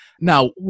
Now